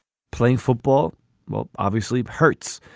playing football well obviously hurts.